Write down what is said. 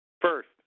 First